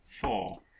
Four